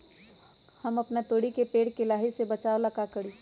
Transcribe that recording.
हम अपना तोरी के पेड़ के लाही से बचाव ला का करी?